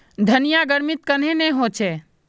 धनिया गर्मित कन्हे ने होचे?